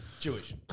Jewish